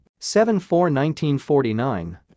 7-4-1949